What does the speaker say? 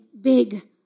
big